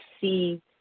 see